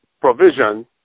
provision